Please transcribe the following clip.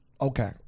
Okay